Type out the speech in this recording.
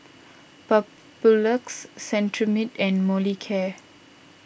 Papulex Cetrimide and Molicare